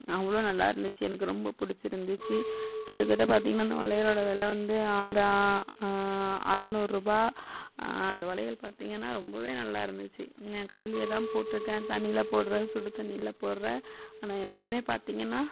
அவ்வளோ நல்லாயிருந்துச்சி எனக்கு ரொம்ப புடிச்சிருந்துச்சி கிட்டத்தட்ட பார்த்தீங்கன்னா அந்த வளையலோட வெலை வந்து அறநூறுரூபா அந்த வளையல் பார்த்தீங்கன்னா ரொம்ப நல்லாருந்துச்சு என் கையிலேயே தான் போட்டுருக்கேன் தண்ணியில் போடுறேன் சுடு தண்ணியில் போடுறேன் ஆனால் எல்லாம் பார்த்தீங்கன்னா